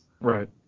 Right